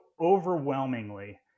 overwhelmingly